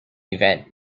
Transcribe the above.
event